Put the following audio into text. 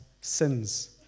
sins